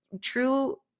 true